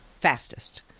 fastest